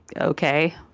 okay